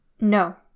No